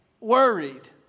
worried